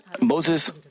Moses